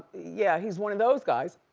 yeah, he's one of those guys.